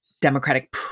Democratic